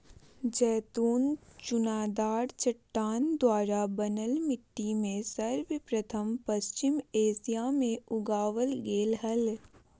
जैतून चुनादार चट्टान द्वारा बनल मिट्टी में सर्वप्रथम पश्चिम एशिया मे उगावल गेल हल